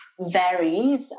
varies